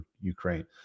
Ukraine